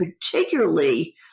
particularly